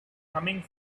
humming